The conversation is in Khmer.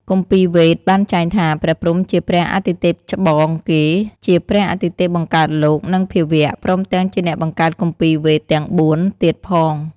គម្ពីរវេទបានចែងថា ព្រះព្រហ្មជាព្រះអាទិទេពច្បងគេ ជាព្រះអាទិទេពបង្កើតលោក និងភាវៈ ព្រមទាំងជាអ្នកបង្កើតគម្ពីរវេទទាំង៤ ទៀតផង។